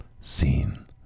seen